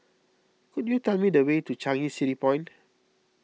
could you tell me the way to Changi City Point